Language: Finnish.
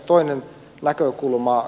toinen näkökulma